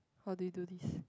how did you do this